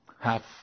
half